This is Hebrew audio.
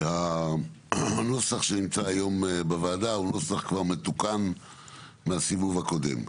הוא שהנוסח שנמצא היום בוועדה הוא נוסח כבר מתוקן מהסיבוב הקודם.